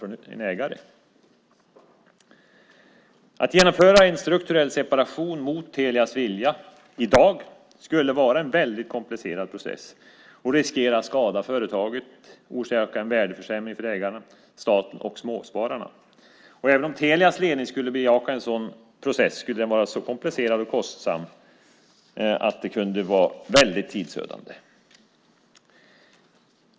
Att i dag genomföra en strukturell separation mot Telias vilja skulle vara en väldigt komplicerad process och skulle riskera att skada företaget och orsaka en värdeförsämring för ägarna, staten och småspararna. Även om Telias ledning bejakade en sådan process skulle den vara så komplicerad och kostsam att det skulle kunna bli väldigt tidsödande.